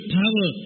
power